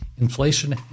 inflation